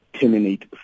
terminate